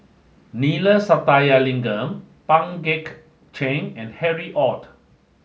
Neila Sathyalingam Pang Guek Cheng and Harry Ord